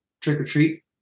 trick-or-treat